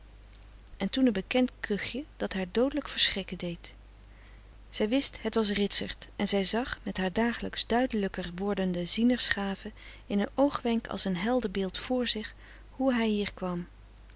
en toen een bekend kuchje dat haar doodelijk verschrikken deed zij wist het was ritsert en zij zag met haar dagelijks duidelijker wordende zienersgave in een oogwenk als een helder beeld vr zich hoe hij hier kwam